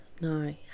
No